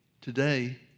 today